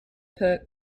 put